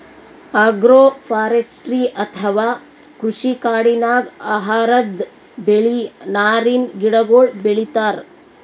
agroforestry ಅಥವಾ ಕೃಷಿ ಕಾಡಿನಾಗ್ ಆಹಾರದ್ ಬೆಳಿ, ನಾರಿನ್ ಗಿಡಗೋಳು ಬೆಳಿತಾರ್